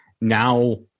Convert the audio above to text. now